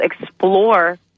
explore